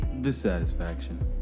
dissatisfaction